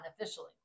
officially